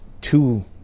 two